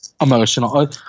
emotional